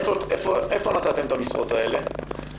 איפה נתתם את המשרות האלה?